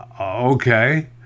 Okay